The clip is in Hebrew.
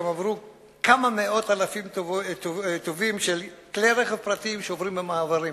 גם עברו כמה מאות אלפים טובים של כלי רכב פרטיים שעוברים במעברים,